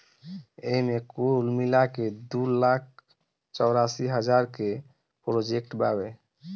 एईमे कुल मिलाके दू लाख चौरासी हज़ार के प्रोजेक्ट बावे